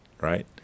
right